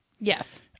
Yes